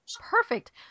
perfect